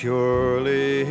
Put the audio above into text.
Surely